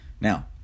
now